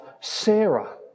Sarah